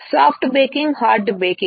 soft baking hard baking